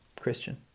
christian